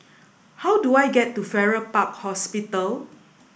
how do I get to Farrer Park Hospital